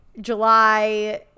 July